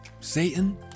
Satan